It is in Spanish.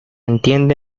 entiende